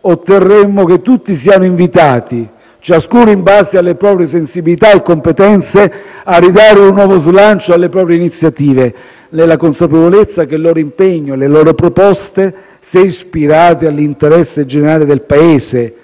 otterremo che tutti siano invitati, ciascuno in base alle proprie sensibilità e competenze, a ridare un nuovo slancio alle proprie iniziative, nella consapevolezza che il loro impegno e le loro proposte, se ispirati all'interesse generale del Paese